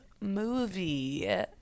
movie